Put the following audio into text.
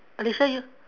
alicia you